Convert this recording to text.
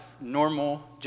normal